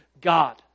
God